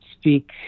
speak